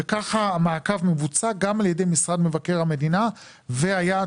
וככה המעקב מבוצע גם על ידי משרד המבקר המדינה והיעד